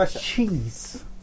cheese